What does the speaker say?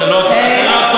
באמת אתה לא, אתה לא הכתובת.